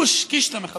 הוש, קישתא, מחבלת.